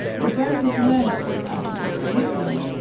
the bird has learned this art of equilibrium,